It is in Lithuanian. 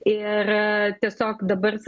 ir tiesiog dabar s